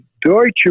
Deutsche